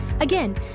Again